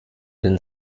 den